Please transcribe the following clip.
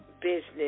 business